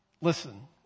listen